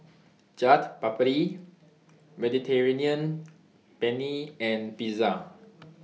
Chaat Papri Mediterranean Penne and Pizza